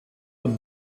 und